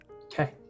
Okay